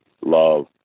love